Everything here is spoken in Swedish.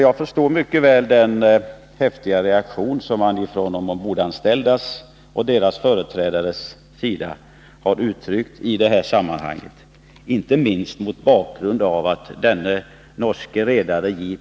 Jag förstår mycket väl den häftiga reaktion som de ombordanställda och deras företrädare har uttryckt i detta sammanhang, inte minst mot bakgrund av att den norske redaren J.